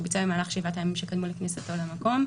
שביצע במהלך 7 הימים שקדמו לכניסתו למקום,